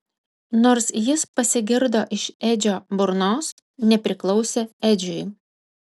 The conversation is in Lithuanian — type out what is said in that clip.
nors jis pasigirdo iš edžio burnos nepriklausė edžiui